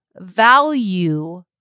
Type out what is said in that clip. value